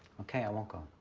okay, i won't go.